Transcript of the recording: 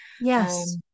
yes